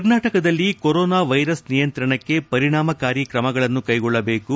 ಕರ್ನಾಟಕದಲ್ಲಿ corona virus ನಿಯಂತ್ರಣಕ್ಕೆ ಪರಿಣಾಮಕಾರಿ ಕ್ರಮಗಳನ್ನು ಕೈಗೊಳ್ಳಬೇಕು